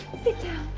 sit down.